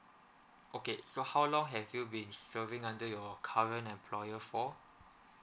okay so how long have you been serving under your current employer for